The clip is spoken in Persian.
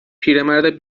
پیرمرد